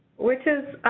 which is